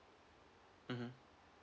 mmhmm